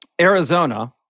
Arizona